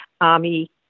army